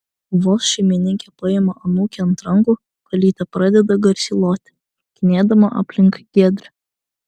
vos šeimininkė paima anūkę ant rankų kalytė pradeda garsiai loti šokinėdama apie giedrę